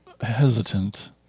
hesitant